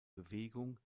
bewegung